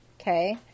Okay